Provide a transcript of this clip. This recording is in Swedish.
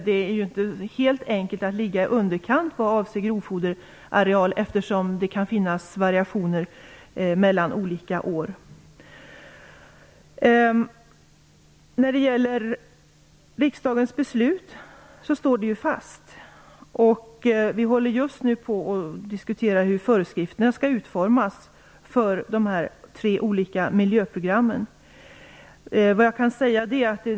Det är ju inte helt enkelt att ligga i underkant vad avser grovfoderareal, eftersom det kan finnas variationer mellan olika år. Riksdagens beslut står fast. Vi håller just nu på och diskuterar hur föreskrifterna skall utformas för de tre olika miljöprogrammen.